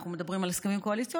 אנחנו מדברים על הסכמים קואליציוניים,